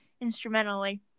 instrumentally